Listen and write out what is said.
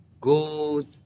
go